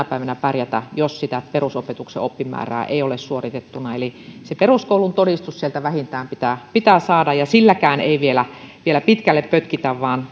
päivänä pärjätä jos sitä perusopetuksen oppimäärää ei ole suoritettuna eli se peruskoulun todistus sieltä vähintään pitää pitää saada ja silläkään ei vielä vielä pitkälle pötkitä vaan